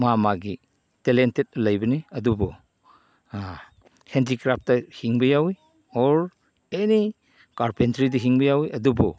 ꯃꯥꯒꯤ ꯃꯥꯒꯤ ꯇꯦꯂꯦꯟꯇꯦꯠ ꯂꯩꯕꯅꯤ ꯑꯗꯨꯕꯨ ꯍꯦꯟꯗꯤꯀ꯭ꯔꯥꯐꯇ ꯍꯤꯡꯕ ꯌꯥꯎꯏ ꯑꯣꯔ ꯑꯦꯅꯤ ꯀꯥꯔꯄꯦꯟꯇ꯭ꯔꯤꯗ ꯍꯤꯡꯕ ꯌꯥꯎꯏ ꯑꯗꯨꯕꯨ